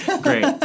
Great